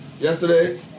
Yesterday